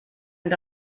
and